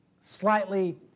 slightly